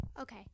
Okay